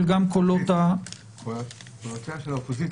אבל גם קולות --- קולותיה של האופוזיציה,